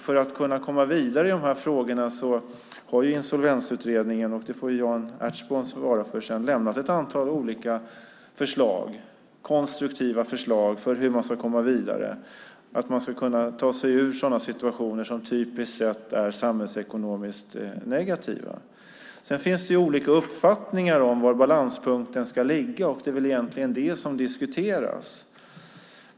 För att kunna komma vidare i de här frågorna har Insolvensutredningen - Jan Ertsborn får senare här svara på det - avlämnat ett antal konstruktiva förslag om möjligheterna att komma vidare, om att ta sig ur situationer som samhällsekonomiskt är negativa. Sedan finns det olika uppfattningar om var balanspunkten ska ligga. Det är väl egentligen det som diskuteras.